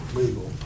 legal